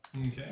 Okay